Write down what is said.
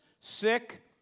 sick